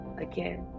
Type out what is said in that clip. again